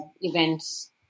events